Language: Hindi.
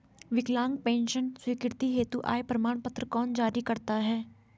विकलांग पेंशन स्वीकृति हेतु आय प्रमाण पत्र कौन जारी करता है?